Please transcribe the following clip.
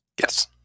Yes